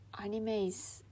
Animes